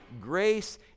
grace